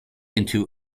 into